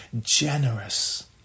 generous